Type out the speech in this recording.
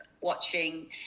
watching